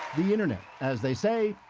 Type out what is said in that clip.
the internet, as they say,